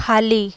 खाली